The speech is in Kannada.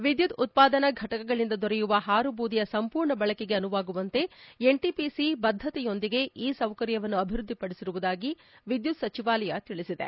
ವಿದ್ಯುತ್ ಉತ್ಪಾದನಾ ಘಟಕಗಳಿಂದ ದೊರೆಯುವ ಹಾರು ಬೂದಿಯ ಸಂಪೂರ್ಣ ಬಳಕೆಗೆ ಅನುವಾಗುವಂತೆ ಎನ್ಟಿಪಿಸಿ ಬದ್ದತೆಯೊಂದಿಗೆ ಈ ಸೌಕರ್ಯವನ್ನು ಅಭಿವೃದ್ದಿಪದಿಸಿರುವುದಾಗಿ ವಿದ್ಯುತ್ ಸಚಿವಾಲಯ ತಿಳಿಸಿದೆ